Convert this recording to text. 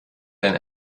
dein